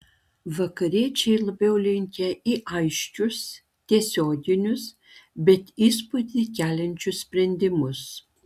vakariečiai labiau linkę į aiškius tiesioginius bet įspūdį keliančius sprendimus